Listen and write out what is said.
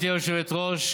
גברתי היושבת-ראש,